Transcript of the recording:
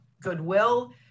Goodwill